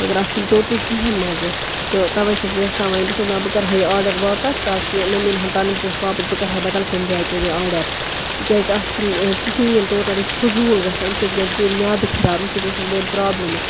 مگر اَتھ چھُ نہٕ ٹوٹَل کِہیٖنٛۍ مَزٕ تہٕ تَوے چھَس بہٕ یژھان وۄنۍ بہٕ چھَس دپان بہٕ کَرٕہا یہِ آرڈَر واپَس تاکہِ مےٚ میلہٕ ہَن پَنٕنۍ پۅنٛسہٕ واپس بہٕ کَرٕہا بدل کُنہِ جایہِ تیٚلہِ یہِ آرڈَر تِکیٛازِ اَتھ چھُنہٕ کِہیٖنٛۍ ٹوٹَل یہِ چھُ فضوٗل گژھان اَمہِ سۭتۍ گژھِ بٔلۍ میادٕ خراب اَمہِ سۭتۍ گژھن بٔلۍ پرٛابلِمہٕ